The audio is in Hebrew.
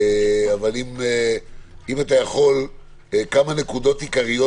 אבל אם אתה יכול בכמה נקודות עיקריות